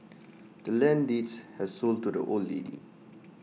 the land's deeds has sold to the old lady